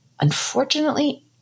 Unfortunately